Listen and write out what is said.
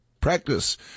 Practice